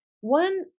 one